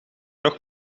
nog